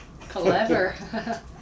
clever